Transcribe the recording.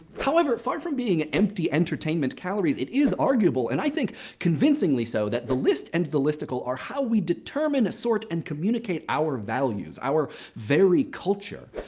however, far from being empty entertainment calories, it is arguable and i think convincingly so that the list and the listicle are how we determine, assort, and communicate our values, our very culture.